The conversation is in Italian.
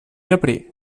aprì